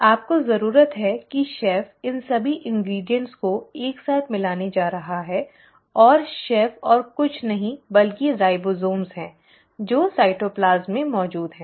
आपको जरूरत है कि शेफ इन सभी सामग्रियों को एक साथ मिलाने जा रहा है और शेफ और कुछ नहीं बल्कि राइबोसोम है जो साइटोप्लाज्म में मौजूद हैं